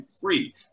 free